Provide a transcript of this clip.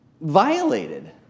violated